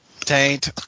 Taint